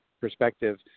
perspective